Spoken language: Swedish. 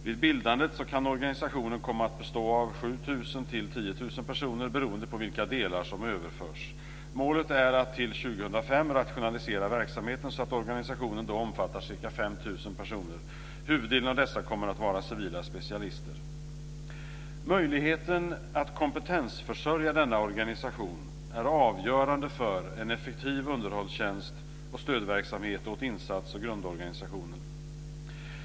Vid bildandet kan organisationen komma att bestå av 7 000-10 000 personer beroende på vilka delar som överförs. Målet är att till 2005 rationalisera verksamheten så att organisationen då omfattar ca 5 000 personer. Huvuddelen av dessa kommer att vara civila specialister. Möjligheten att kompetensförsörja denna organisation är avgörande för en effektiv underhållstjänst och stödverksamhet åt insats och grundorganisationen.